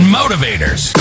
motivators